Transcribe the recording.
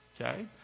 Okay